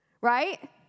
Right